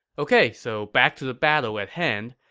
ok, so back to the battle at hand.